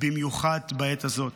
במיוחד בעת הזאת.